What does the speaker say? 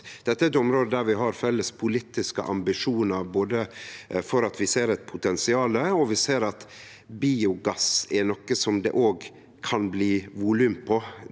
dette er eit område der vi har felles politiske ambisjonar. Vi ser eit potensial, og vi ser at biogass er noko som det òg kan bli volum på.